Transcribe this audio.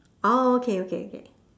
oh okay okay okay